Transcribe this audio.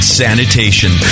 sanitation